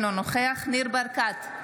אינו נוכח ניר ברקת,